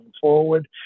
forward